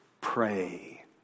pray